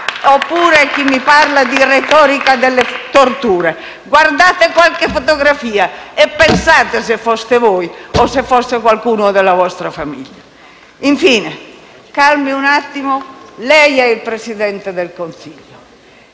Oppure chi mi parla di retorica delle torture: guardate qualche fotografia e pensate se foste voi o se fosse qualcuno della vostra famiglia! Infine, calmi un attimo: lei è il Presidente del Consiglio,